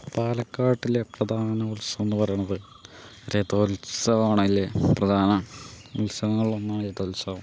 പാലക്കാട്ടിലെ പ്രധാന ഉത്സവമെന്ന് പറയണത് രഥോത്സവമാണ് അതിൽ പ്രധാന ഉത്സവങ്ങളിൽ ഒന്നാണ് രഥോത്സവം